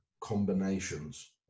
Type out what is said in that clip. combinations